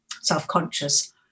self-conscious